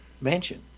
mansion